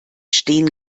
stehen